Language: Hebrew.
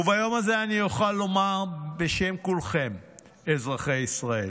וביום הזה אני אוכל לומר בשם כולכם, אזרחי ישראל,